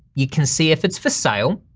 you can see if it's for sale.